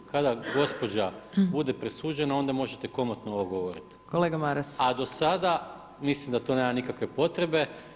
Kada gospođa bude presuđena onda možete komotno ovo govoriti [[Upadica Opačić: Kolega Maras.]] A do sada mislim da to nema nikakve potrebe.